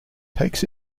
takes